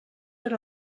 per